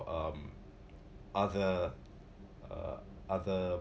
um other uh other